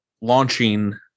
launching